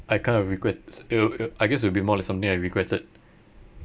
I kind of regret s~ it'll I guess it will be more like something I regretted